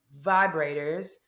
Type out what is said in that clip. vibrators